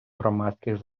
громадських